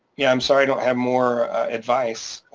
yeah, i'm sorry, i don't have more advice.